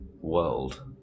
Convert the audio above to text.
world